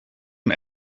een